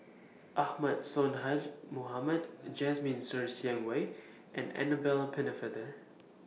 Ahmad Sonhadji Mohamad Jasmine Ser Xiang Wei and Annabel Pennefather